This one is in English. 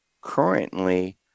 currently